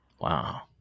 wow